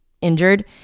injured